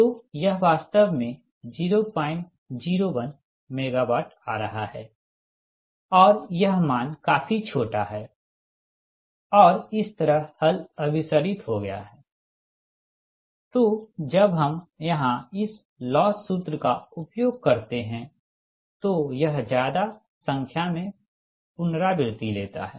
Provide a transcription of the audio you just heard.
तो यह वास्तव में 001 MW आ रहा है और यह मान काफी छोटा है और इस तरह हल अभिसरित हो गया हैं तो जब हम यहाँ इस लॉस सूत्र का उपयोग करते है तो यह ज्यादा संख्या में पुनरावृति लेता है